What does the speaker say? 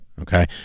Okay